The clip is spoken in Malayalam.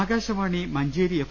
ആകാശവാണി മഞ്ചേരി എഫ്